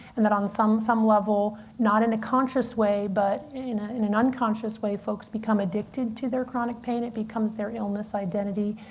and that on some some level, not in a conscious way but and you know in an unconscious way, folks become addicted to their chronic pain. it becomes their illness identity.